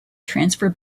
transfer